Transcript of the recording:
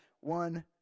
one